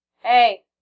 Hey